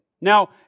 Now